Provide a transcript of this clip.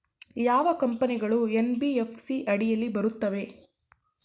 ಯಾವ ಕಂಪನಿಗಳು ಎನ್.ಬಿ.ಎಫ್.ಸಿ ಅಡಿಯಲ್ಲಿ ಬರುತ್ತವೆ?